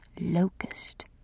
locust